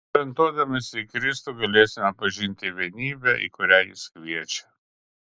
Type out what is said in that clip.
orientuodamiesi į kristų galėsime pažinti vienybę į kurią jis kviečia